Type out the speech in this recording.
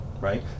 right